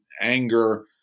anger